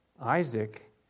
Isaac